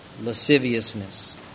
lasciviousness